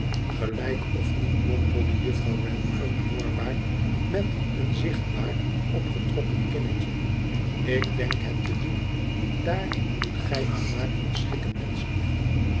gelijk of niet mompelde juffrouw wren onhoorbaar met een zichtbaar opgetrokken kinnetje tik denk het te doen daar moet gij u maar in schikken menschlief